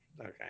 Okay